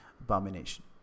abomination